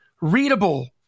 readable